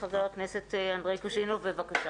חבר הכנסת אנדרי קוז'ינוב, בבקשה.